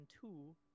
two